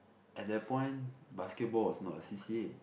at that point basketball was not a C_C_A